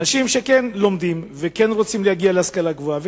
שאנשים שכן לומדים וכן רוצים להגיע להשכלה גבוהה,